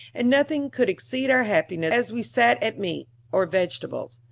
and nothing could exceed our happiness as we sat at meat or vegetables.